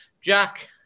Jack